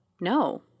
no